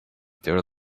their